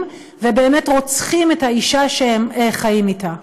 ובאמת רוצחים את האישה שהם חיים אתה.